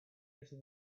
into